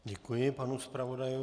Děkuji panu zpravodajovi.